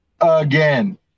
again